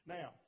Now